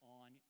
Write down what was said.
on